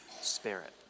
Spirit